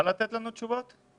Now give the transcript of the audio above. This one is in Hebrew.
אפשר לתת לנו תשובות?